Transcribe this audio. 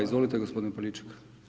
Izvolite gospodine Poljičak.